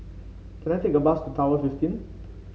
can I take a bus to Tower Fifteen